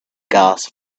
gas